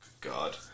God